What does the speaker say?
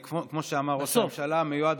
כמו שאמר ראש הממשלה המיועד,